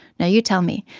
now, you tell me,